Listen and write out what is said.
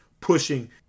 pushing